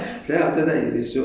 and then after that